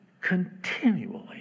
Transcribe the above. continually